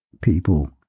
people